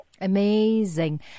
Amazing